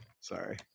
sorry